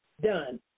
done